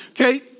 Okay